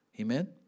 Amen